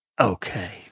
Okay